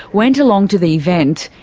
went along to the event.